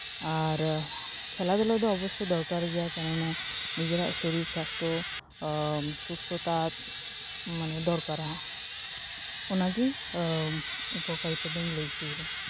ᱟᱨ ᱠᱷᱮᱞᱟ ᱫᱷᱩᱞᱟ ᱫᱚ ᱚᱵᱚᱥᱥᱳᱭ ᱫᱚᱨᱠᱟᱨ ᱜᱮᱭᱟ ᱠᱮᱱᱚ ᱱᱟ ᱱᱤᱡᱮᱨᱟᱜ ᱥᱚᱨᱤᱨ ᱥᱟᱥᱛᱷᱚ ᱥᱩᱥᱛᱷᱚᱛᱟ ᱢᱟᱱᱮ ᱫᱚᱨᱠᱟᱨᱟ ᱚᱱᱟᱜᱤ ᱦᱚᱲ ᱩᱯᱚᱠᱟᱨᱤᱛᱟ ᱫᱚᱹᱧ ᱞᱟᱹᱭ ᱦᱚᱪᱚᱭᱮᱫᱟ